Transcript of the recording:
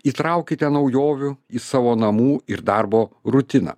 įtraukite naujovių į savo namų ir darbo rutiną